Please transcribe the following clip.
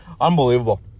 Unbelievable